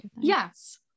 yes